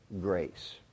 Grace